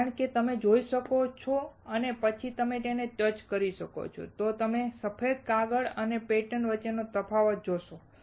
કારણ કે તમે જોઈ શકો છો અને પછી પણ જો તમે ટચ કરો છો તો તમે સફેદ કાગળ અને પેટર્ન વચ્ચેનો તફાવત જોશો